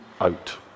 out